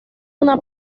una